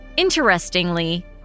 Interestingly